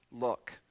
look